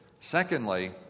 Secondly